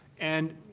and,